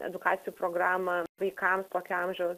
edukacijų programą vaikams tokio amžiaus